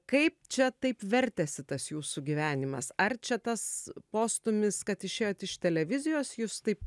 kaip čia taip vertėsi tas jūsų gyvenimas ar čia tas postūmis kad išėjot iš televizijos jus taip